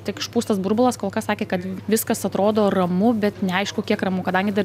tik išpūstas burbulas kol kas sakė kad viskas atrodo ramu bet neaišku kiek ramu kadangi dar